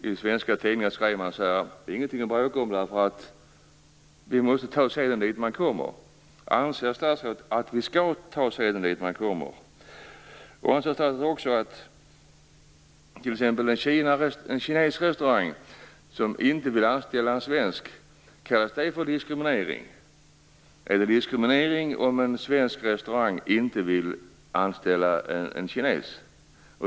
I svenska tidningar skrev man att det inte var något att bråka om, eftersom vi måste ta sedan dit vi kommer. Anser statsrådet att man skall ta seden dit man kommer? Anser statsrådet vidare att det är fråga om diskriminering när en kinesrestaurang inte vill anställa en svensk? Är det diskriminering om en svensk restaurang inte vill anställa en kines?